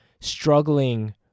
struggling